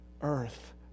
earth